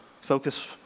Focus